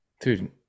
Dude